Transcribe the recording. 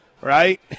right